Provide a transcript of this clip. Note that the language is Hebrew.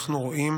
אנחנו רואים